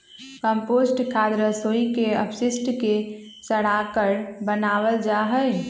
compost खाद रसोई के अपशिष्ट के सड़ाकर बनावल जा हई